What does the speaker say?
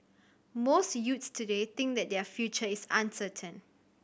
most youths today think that their future is uncertain